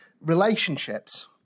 relationships